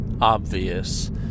obvious